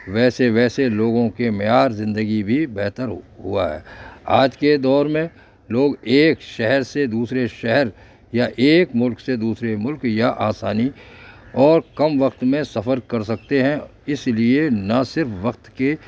ویسے ویسے لوگوں کے معیار زندگی بھی بہتر ہوا ہے آج کے دور میں لوگ ایک شہر سے دوسرے شہر یا ایک ملک سے دوسرے ملک یا آسانی اور کم وقت میں سفر کر سکتے ہیں اس لیے نہ صرف وقت کی